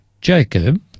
Jacob